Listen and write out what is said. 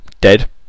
dead